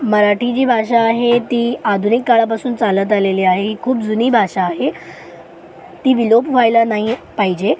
मराठी जी भाषा आहे ती आधुनिक काळापासून चालत आलेली आहे ही खूप जुनी भाषा आहे ती विलोप व्हायला नाही पाहिजे